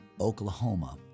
Oklahoma